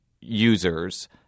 users